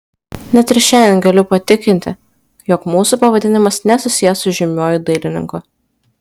net ir šiandien galiu patikinti jog mūsų pavadinimas nesusijęs su žymiuoju dailininku